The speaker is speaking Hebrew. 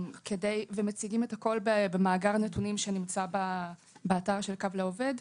ומציגים את הכל במאגר הנתונים שנמצא באתר של קו לעובד.